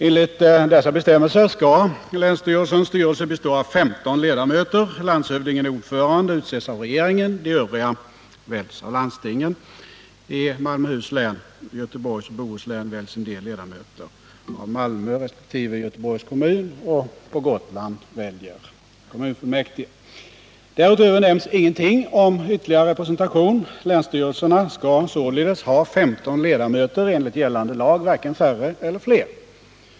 Enligt dessa bestämmelser skall länsstyrelses styrelse bestå av 15 ledamöter. Landshövdingen är ordförande och utses av regeringen, medan de övriga väljs av landstingen. I Malmöhus län och Göteborgs och Bohus län väljs vissa ledamöter av Malmö resp. Göteborgs kommun, och på Gotland väljer kommunfullmäktige. Därutöver nämns ingenting om ytterligare representation. Länsstyrelserna skall således enligt gällande lag ha 15 ledamöter, varken färre eller fler.